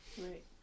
Right